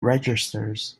registers